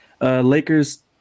Lakers